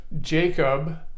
Jacob